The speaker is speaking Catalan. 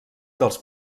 dels